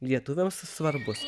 lietuviams svarbus